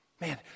Man